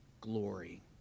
glory